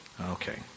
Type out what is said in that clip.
Okay